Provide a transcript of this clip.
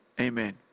Amen